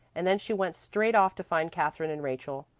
and then she went straight off to find katherine and rachel.